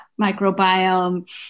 microbiome